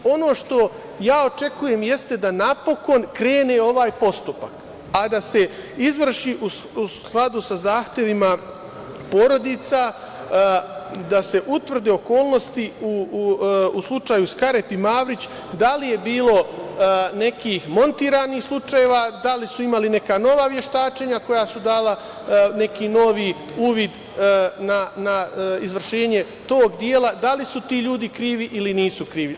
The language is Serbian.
Ono što očekujem jeste da napokon krene ovaj postupak, a da se izvrši u skladu sa zahtevima porodica, da se utvrde okolnosti u slučaju Skarep i Mavrić, da li je bilo nekih montiranih slučajeva, da li su imali neka nova veštačenja koja su dala neki novi uvid na izvršenje tog dela, da li su ti ljudi krivi ili nisu krivi.